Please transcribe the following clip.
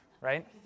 right